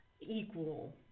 equal